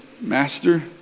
Master